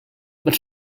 but